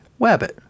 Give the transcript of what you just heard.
Wabbit